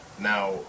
Now